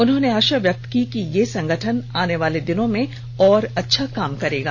उन्होंने आशा व्यक्त की कि ये संगठन आने वाले दिनों में और ॅअच्छा काम करेगा